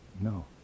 No